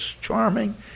Charming